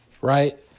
right